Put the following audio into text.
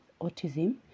autism